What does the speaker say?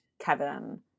kevin